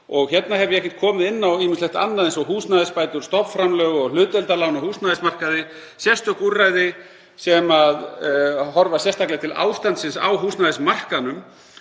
Ég hef ekki komið inn á ýmislegt annað, eins og húsnæðisbætur, stofnframlög og hlutdeildarlán á húsnæðismarkaði, sérstök úrræði sem horfa sérstaklega til ástandsins á húsnæðismarkaðnum.